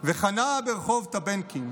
וחנה ברחוב טבנקין,